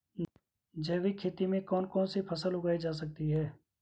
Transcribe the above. जैविक खेती में कौन कौन सी फसल उगाई जा सकती है?